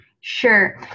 Sure